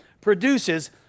produces